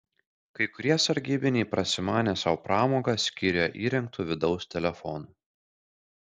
kai kurie sargybiniai prasimanė sau pramogą skyriuje įrengtu vidaus telefonu